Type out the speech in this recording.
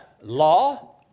Law